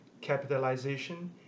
capitalization